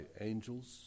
angels